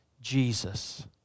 Jesus